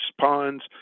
ponds